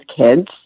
kids